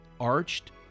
arched